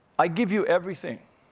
i give you everything.